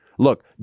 Look